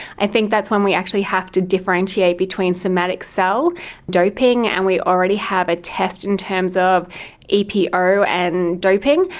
i think that's when we actually have to differentiate between somatic cell doping, and we already have a test in terms of epo and doping.